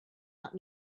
out